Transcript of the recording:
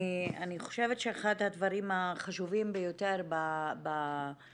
אני חושבת שאחד הדברים החשובים ביותר בתהליך